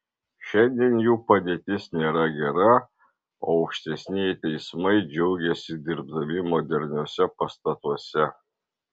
šiandien jų padėtis nėra gera o aukštesnieji teismai džiaugiasi dirbdami moderniuose pastatuose